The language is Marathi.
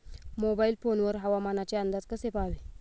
मोबाईल फोन वर हवामानाचे अंदाज कसे पहावे?